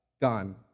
gone